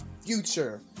future